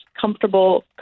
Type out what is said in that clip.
comfortable